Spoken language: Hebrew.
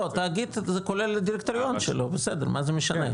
התאגיד, זה כולל דירקטוריון שלו, מה זה משנה?